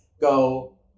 go